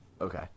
Okay